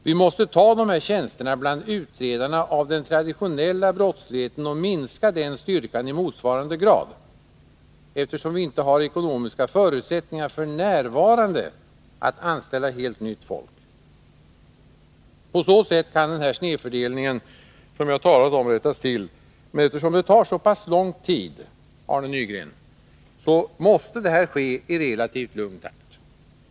Vi måste ta dessa tjänster bland utredarna av den traditionella brottsligheten och minska den styrkan i motsvarande grad, eftersom vi inte har ekonomiska förutsättningar f. n. att anställa helt nytt folk. På så sätt kan den här snedfördelningen, som jag har talat om, rättas till, men eftersom det tar så pass lång tid, Arne Nygren, måste övergången ske i relativt lugn takt.